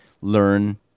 learn